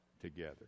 together